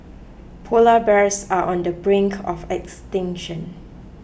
Polar Bears are on the brink of extinction